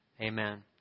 Amen